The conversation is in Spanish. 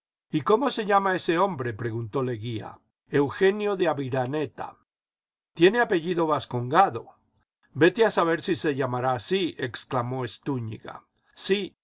y cómo se llama ese hombre preguntó leguía eugenio de aviraneta tiene apellido vascongado vete a saber si se uaaiará asíl exclamó estúñiga sí